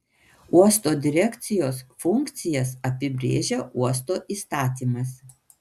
uosto direkcijos funkcijas apibrėžia uosto įstatymas